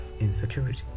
insecurity